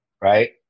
Right